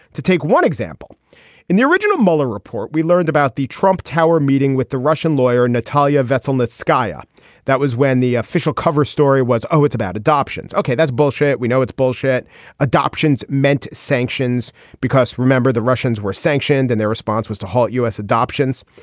to take one example in the original mueller report we learned about the trump tower meeting with the russian lawyer natalia vets on skype. that was when the official cover story was oh it's about adoptions. okay that's bullshit. we know it's bullshit adoptions meant sanctions sanctions because remember the russians were sanctioned and their response was to halt u s. adoptions.